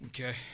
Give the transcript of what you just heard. Okay